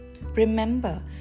Remember